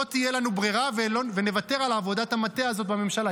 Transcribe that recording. לא תהיה לנו ברירה ונוותר על עבודת המטה הזו בממשלה.